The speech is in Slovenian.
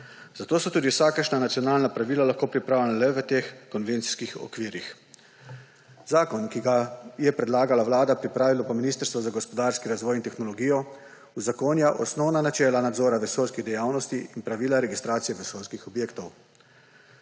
Zato so tudi vsakršna nacionalna pravila lahko pripravljena le v teh konvencijskih okvirjih. Zakon, ki ga je predlagala Vlada, pripravilo pa Ministrstvo za gospodarski razvoj in tehnologijo, uzakonja osnovna načela nadzora vesoljskih dejavnosti in pravila registracije vesoljskih objektov.